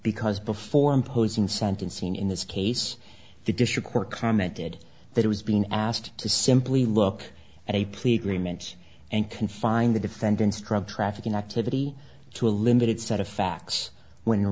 because before imposing sentencing in this case the district court commented that it was being asked to simply look at a plea agreement and confine the defendant's drug trafficking activity to a limited set of facts when